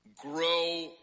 grow